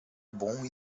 bom